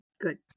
Good